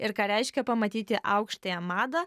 ir ką reiškia pamatyti aukštąją madą